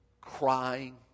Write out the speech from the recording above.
crying